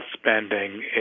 spending